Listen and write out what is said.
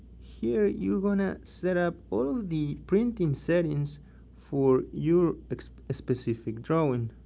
here, you're gonna set up all the printing settings for your specific drawing,